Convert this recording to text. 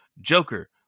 Joker